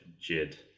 Jid